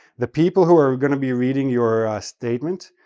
the people who are going to be reading your statement,